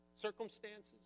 circumstances